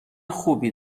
خوبی